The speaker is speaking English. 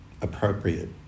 appropriate